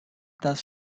does